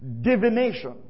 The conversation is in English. divination